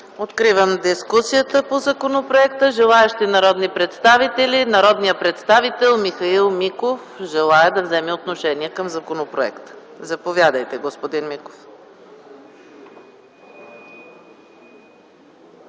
Откривам дискусията по законопроекта. Народният представител Михаил Миков желае да вземе отношение към законопроекта. Заповядайте, господин Миков.